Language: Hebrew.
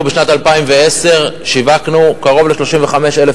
בשנת 2010 שיווקנו קרוב ל-35,000